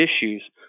issues